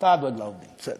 אתה דואג לעובדים, בסדר,